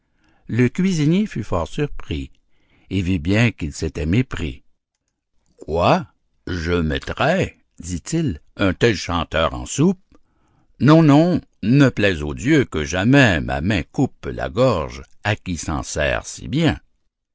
le cuisinier fut fort surpris et vit bien qu'il s'était mépris quoi je mettrais dit-il un tel chanteur en soupe non non ne plaise aux dieux que jamais ma main coupe la gorge à qui s'en sert si bien